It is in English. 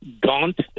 gaunt